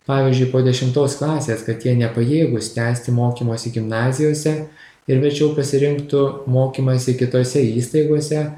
pavyzdžiui po dešimtos klasės kad jie nepajėgūs tęsti mokymosi gimnazijose ir verčiau pasirinktų mokymąsi kitose įstaigose